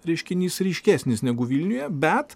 reiškinys ryškesnis negu vilniuje bet